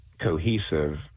cohesive